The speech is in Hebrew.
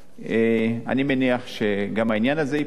אני מניח שגם העניין הזה ייפתר,